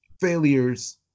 failures